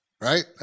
Right